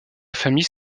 famille